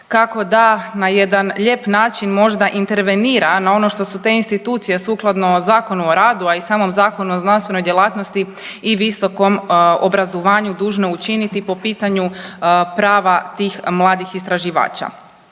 kako da na jedan lijep način možda intervenira na ono što su te institucije sukladno Zakonu o radu a i samom Zakonu o znanstvenoj djelatnosti i visokom obrazovanju dužne učiniti po pitanju prava tih mladih istraživača.